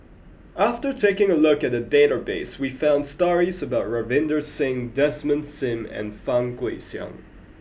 after taking a look at the database we found stories about Ravinder Singh Desmond Sim and Fang Guixiang